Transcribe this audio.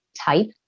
type